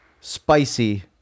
spicy